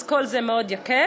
אז כל זה מאוד יקל.